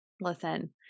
Listen